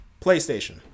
PlayStation